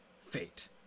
fate